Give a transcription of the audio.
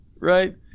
right